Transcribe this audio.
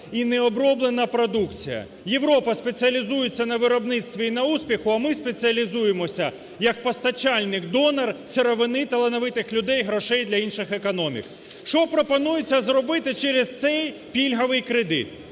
і необроблена продукція. Європа спеціалізується на виробництві і на успіху, а ми спеціалізуємося як постачальник-донор сировини, талановитий людей, грошей для інших економік. Що пропонується зробити через цей пільговий кредит?